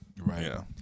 Right